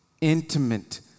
intimate